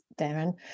Darren